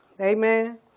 Amen